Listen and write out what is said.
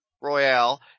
Royale